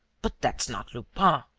but that's not lupin.